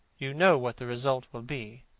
you know what the result will be.